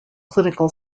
clinical